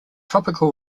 tropical